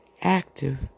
active